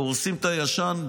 הורסים את הישן,